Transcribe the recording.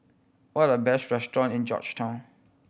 what are the best restaurant in Georgetown